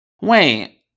Wait